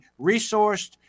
resourced